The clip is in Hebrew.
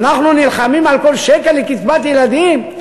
כשאנחנו נלחמים על כל שקל לקצבת ילדים,